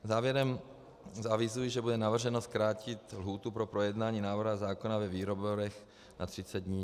Závěrem avizuji, že bude navrženo zkrátit lhůtu pro projednání návrhu zákona ve výborech na 30 dní.